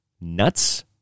nuts